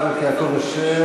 חבר הכנסת יעקב אשר,